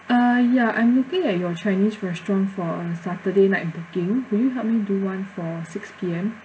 uh ya I'm looking at your chinese restaurant for a saturday night booking will you help me do one for six P_M